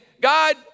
God